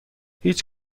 هیچ